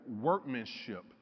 workmanship